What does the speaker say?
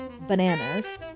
bananas